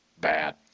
bad